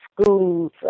schools